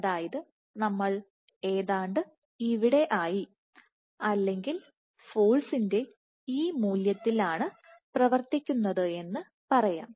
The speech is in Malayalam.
അതായത് നമ്മൾ ഏതാണ്ട് ഇവിടെ ആയി അല്ലെങ്കിൽ ഫോഴ്സിന്റെ ഈ മൂല്യത്തിൽ ആണ് പ്രവർത്തിക്കുന്നത് എന്ന് പറയാം